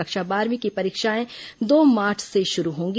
कक्षा बारहवीं की परीक्षाएं दो मार्च से शुरू होंगी